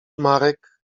marek